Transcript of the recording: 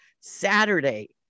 Saturday